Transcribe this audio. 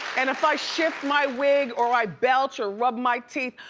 and if i shift my wig or i belch or rub my teeth,